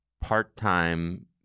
part-time